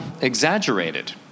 exaggerated